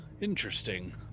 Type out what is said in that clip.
Interesting